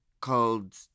called